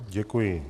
Děkuji.